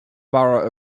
borough